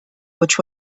which